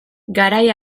garai